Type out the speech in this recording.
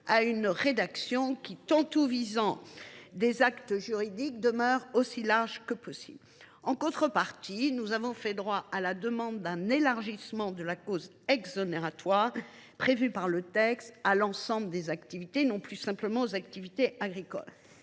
à une rédaction qui, tout en visant des actes juridiques, demeure aussi large que possible. En contrepartie, nous avons fait droit à la demande d’un élargissement de la cause exonératoire prévue par le texte à l’ensemble des activités, et non plus aux seules activités agricoles.